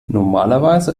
normalerweise